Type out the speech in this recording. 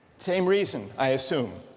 same reason i assume,